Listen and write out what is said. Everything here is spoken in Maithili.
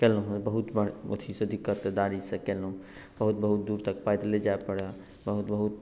केलहुँ हेँ बहुत अथीसँ दिक्कतदारीसँ केलहुँ बहुत बहुत दूर तक पैदले जाय पड़ए बहुत बहुत